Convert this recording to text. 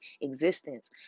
existence